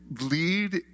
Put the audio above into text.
lead